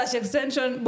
extension